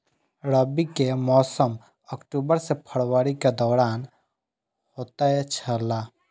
रबी के मौसम अक्टूबर से फरवरी के दौरान होतय छला